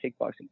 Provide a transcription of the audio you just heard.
kickboxing